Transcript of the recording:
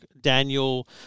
Daniel